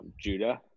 Judah